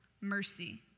mercy